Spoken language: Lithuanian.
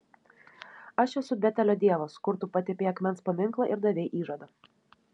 aš esu betelio dievas kur tu patepei akmens paminklą ir davei įžadą